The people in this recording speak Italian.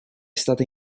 stata